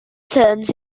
turns